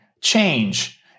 change